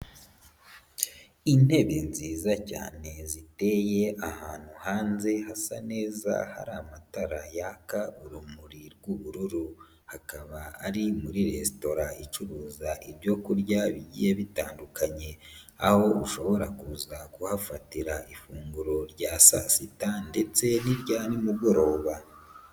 Intebe nziza cyane ziteye ahantu hanze hasa neza hari amatara yaka urumuri rw'ubururu , akaba ari muri resitora icuruza ibyo kurya bigiye bitandukanye, aho ushobora kuza kuhafatira ifunguro rya saa sita ndetse n'irya nimugoroba.